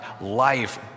life